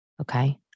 Okay